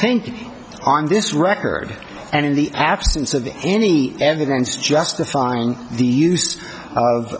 think on this record and in the absence of any evidence justifying the use of